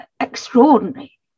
extraordinary